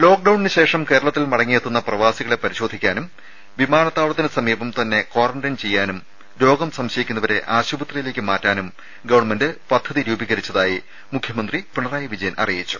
ഒരു ലോക്ഡൌണിനുശേഷം കേരളത്തിൽ മടങ്ങിയെത്തുന്ന പ്രവാസികളെ പരിശോധിക്കാനും വിമാനത്താവളത്തിന് സമീപം തന്നെ ക്വാറന്റൈൻ ചെയ്യാനും രോഗം സംശയിക്കുന്നവരെ ആശുപത്രിയിലേക്ക് മാറ്റാനും ഗവൺമെന്റ് പദ്ധതി രൂപീകരിച്ചതായി മുഖ്യമന്ത്രി പിണറായി വിജയൻ അറിയിച്ചു